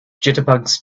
jitterbugs